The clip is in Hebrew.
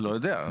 לא יודע.